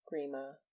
Grima